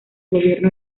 gobierno